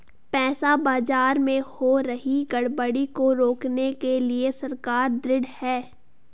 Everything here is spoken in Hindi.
पैसा बाजार में हो रही गड़बड़ी को रोकने के लिए सरकार ढृढ़ है